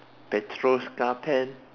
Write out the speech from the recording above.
petros carpen